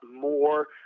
more